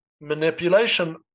manipulation